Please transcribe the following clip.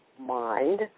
mind